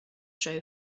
show